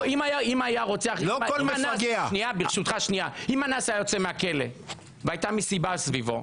לא כל מפגע --- אם אנס היה יוצא מהכלא והייתה מסיבה סביבו,